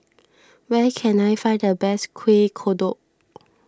where can I find the best Kuih Kodok